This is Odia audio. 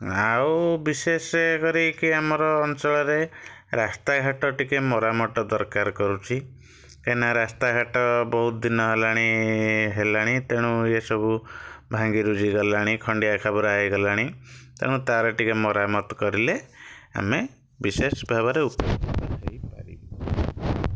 ଆଉ ବିଶେଷେ କରିକି ଆମର ଅଞ୍ଚଳରେ ରାସ୍ତାଘାଟ ଟିକେ ମରାମତ ଦରକାର କରୁଛି କାହିଁକି ନା ରାସ୍ତା ଘାଟ ବହୁତ ଦିନ ହେଲାଣି ହେଲାଣି ତେଣୁ ଏ ସବୁ ଭାଙ୍ଗିରୁଜି ଗଲାଣି ଖଣ୍ଡିଆ ଖାବରା ହେଇଗଲାଣି ତେଣୁ ତା'ର ଟିକେ ମରାମତ କରିଲେ ଆମେ ବିଶେଷ ଭାବରେ ଉପକୃତ ହେଇପାରିବୁ